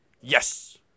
Yes